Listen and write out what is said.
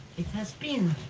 it has been.